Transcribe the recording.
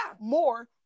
More